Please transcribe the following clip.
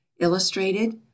illustrated